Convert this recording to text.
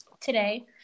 today